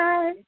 Bye